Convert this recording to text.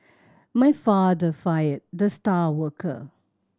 my father fired the star worker